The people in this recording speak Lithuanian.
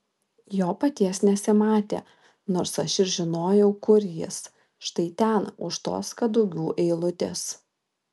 jo paties nesimatė nors aš ir žinojau kur jis štai ten už tos kadugių eilutės